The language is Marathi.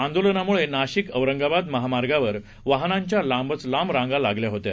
आंदोलनामुळेनाशिक औरंगाबादमहामार्गवरवाहनाच्यालांबचलांबरांगालागल्याहोत्या